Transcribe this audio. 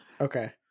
Okay